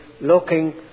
looking